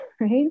right